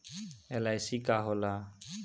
LIC का होला?